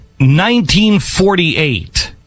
1948